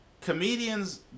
comedians